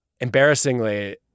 embarrassingly